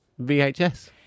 VHS